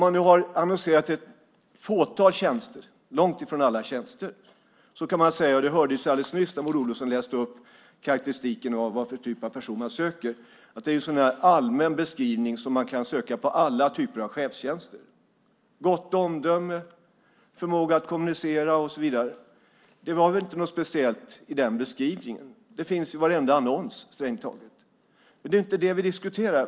Man har nu annonserat ut ett fåtal tjänster, långt ifrån alla tjänster. Det hördes alldeles nyss när Maud Olofsson läste upp karakteristiken av vad för typ av person man söker att det är en allmän beskrivning som kan användas för alla typer av chefstjänster: gott omdöme, förmåga att kommunicera och så vidare. Det var väl inte något speciellt i den beskrivningen. Det finns i strängt taget varenda annons. Men det är inte det vi diskuterar.